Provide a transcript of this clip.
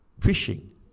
Fishing